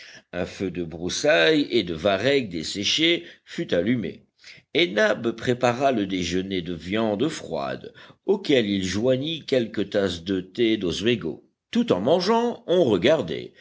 un feu de broussailles et de varechs desséchés fut allumé et nab prépara le déjeuner de viande froide auquel il joignit quelques tasses de thé d'oswego tout en mangeant on regardait